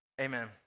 Amen